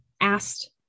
asked